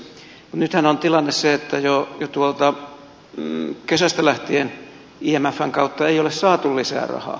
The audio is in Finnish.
nythän on tilanne se että jo tuolta kesästä läh tien imfn kautta ei ole saatu lisää rahaa